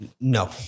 No